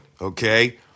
okay